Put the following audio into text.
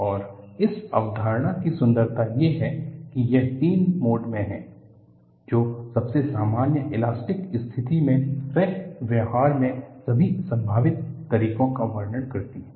और इस अवधारणा की सुंदरता ये है कि यह तीन मोड में हैं जो सबसे सामान्य इलास्टिक स्थिति में क्रैक व्यवहार में सभी संभावित तरीकों का वर्णन करती हैं